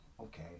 Okay